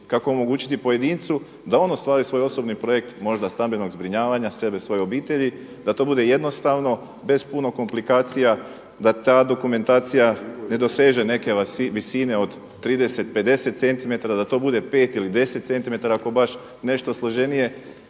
Kako omogućiti pojedincu da on ostvari svoj osobni projekt možda stambenog zbrinjavanja sebe, svoje obitelji da to bude jednostavno bez puno komplikacija, da ta dokumentacija ne doseže neke visine od 30, 50 centimetara, da to bude 5 ili 10 centimetara ako je baš nešto složenije.